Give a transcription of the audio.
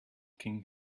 king